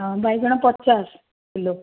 ବାଇଗଣ ପଚାଶ କିଲୋ